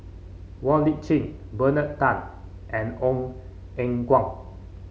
Wong Lip Chin Bernard Tan and Ong Eng Guan